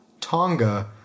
Tonga